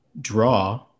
draw